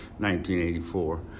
1984